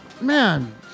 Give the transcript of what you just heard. Man